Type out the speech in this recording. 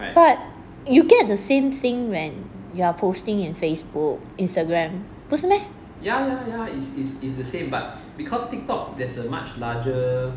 but you get the same thing when you are posting in Facebook Instagram 不是 meh